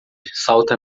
salta